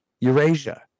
Eurasia